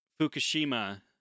Fukushima